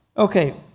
Okay